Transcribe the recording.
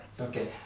Okay